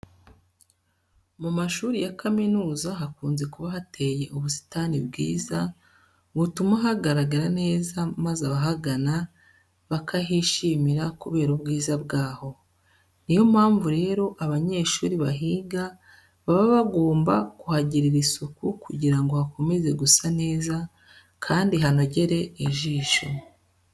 Mu mashuri ya kaminuza hakunze kuba hateye ubusitani bwiza butuma hagaragara neza maze abahagana bakahishimira kubera ubwiza bwaho. Ni yo mpamvu rero, abanyeshuri bahiga baba bagomba kuhagirira isuku kugira ngo hakomeze gusa neza kandi hanogere ijisho.